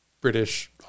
British